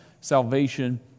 salvation